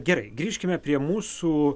gerai grįžkime prie mūsų